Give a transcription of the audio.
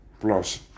plus